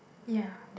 ya